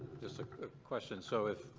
just a quick question. so if